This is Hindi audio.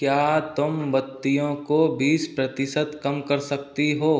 क्या तुम बत्तियों को बीस प्रतिशत कम कर सकती हो